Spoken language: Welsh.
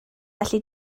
felly